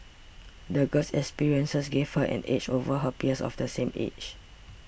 the girl's experiences gave her an edge over her peers of the same age